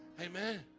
Amen